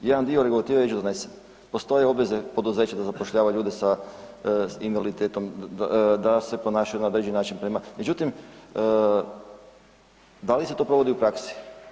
Jedan dio regulative je već donesen, postoje obveze poduzeća da zapošljavaju osobe s invaliditetom, da se ponašaju na određeni način, međutim da li se to provodi u praksi?